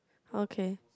okay